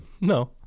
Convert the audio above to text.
No